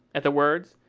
at the words,